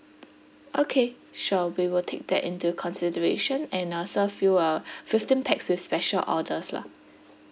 okay sure we will take that into consideration and uh serve you uh fifteen packs with special orders lah